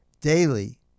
daily